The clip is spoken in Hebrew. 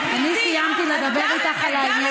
אני סיימתי לדבר איתך על העניין הזה,